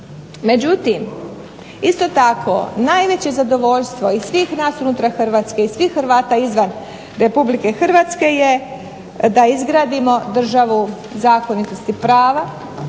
Međutim, isto tako najveće zadovoljstvo i nas unutar Hrvatske i svih Hrvata izvan RH da izgradimo državu zakonitosti prava,